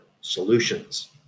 solutions